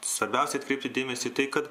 svarbiausia atkreipti dėmesį į tai kad